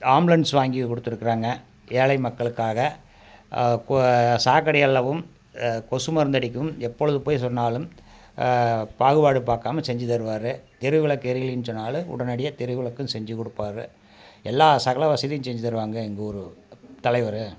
ambulance வாங்கி கொடுத்துருக்குறாங்க ஏழை மக்களுக்காக சாக்கடை அள்ளவும் கொசு மருந்து அடிக்கவும் எப்பொழுது போய் சொன்னாலும் பாகுபாடு பார்க்காம செஞ்சுத் தருவார் தெருவிளக்கு எரியலைன்னு சொன்னாலும் உடனடியாக தெருவிளக்கும் செஞ்சுக் கொடுப்பாரு எல்லா சகல வசதியும் செஞ்சுத்தருவாங்க எங்கள் ஊர் தலைவர்